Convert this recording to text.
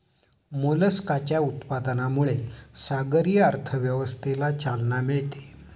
मोलस्काच्या उत्पादनामुळे सागरी अर्थव्यवस्थेला चालना मिळते